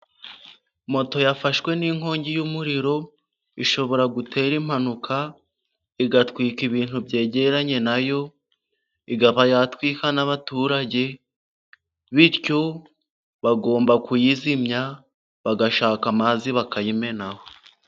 Moto yafashwe n'inkongi y'umuriro, ishobora gutera impanuka, igatwika ibintu byegeranye nayo, ikaba yatwika n'abaturage, bityo bagomba kuyizimya, bagashaka amazi bakayimenaho.